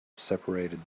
separated